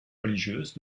religieuse